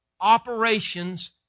operations